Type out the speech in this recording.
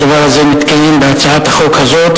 הדבר הזה מתקיים בהצעת החוק הזאת,